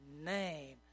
name